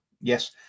Yes